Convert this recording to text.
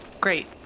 Great